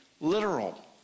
literal